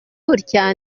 gutya